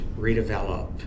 redevelop